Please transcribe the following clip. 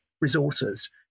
resources